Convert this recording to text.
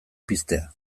piztea